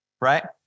Right